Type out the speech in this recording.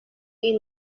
این